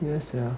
ya sia